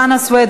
חנא סוייד,